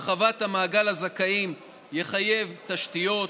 הרחבת מעגל הזכאים תחייב תשתיות,